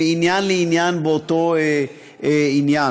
מעניין לעניין באותו עניין.